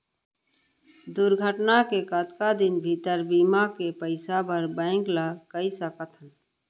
दुर्घटना के कतका दिन भीतर बीमा के पइसा बर बैंक ल कई सकथन?